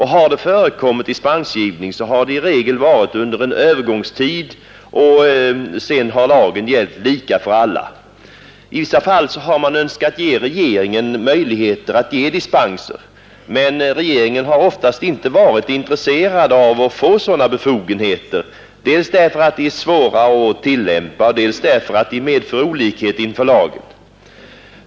Har det förekommit dispensgivning har det i regel varit under en övergångstid, och sedan har lagen gällt lika för alla. I vissa fall har man önskat ge regeringen möjligheter att bevilja dispenser, men regeringen har oftast inte varit intresserad av att få sådana befogenheter, dels därför att de är svåra att tillämpa, dels därför att dispenser medför olikhet inför lagen.